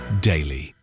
daily